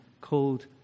called